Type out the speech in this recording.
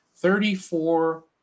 Thirty-four